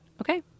okay